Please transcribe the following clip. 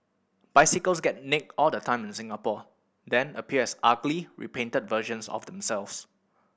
bicycles get nicked all the time in Singapore then appear as ugly repainted versions of themselves